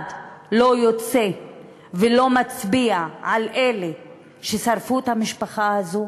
לא יוצא ולא מצביע על אלה ששרפו את המשפחה הזאת,